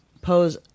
pose